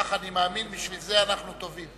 כך אני מאמין, בשביל זה אנחנו טובים.